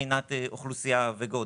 מבחינת אוכלוסייה וגודל.